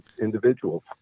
individuals